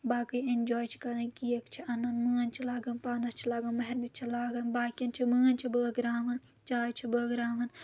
باقٕے اینجوے چھِ کَران کیک چھِ اَنُن مٲنز چھِ لاگان پانَس چھِ لاگن مہرنی چھِ لاگان باقین چھِ مٲنٛز چھِ بٲگراوَان چاے چھِ بٲگراوان